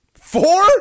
Four